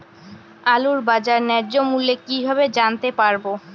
আলুর বাজার ন্যায্য মূল্য কিভাবে জানতে পারবো?